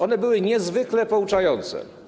One były niezwykle pouczające.